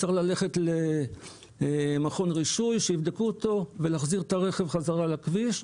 הוא צריך ללכת למכון רישוי שיבדקו אותו בכדי להחזיר את הרכב חזרה לכביש.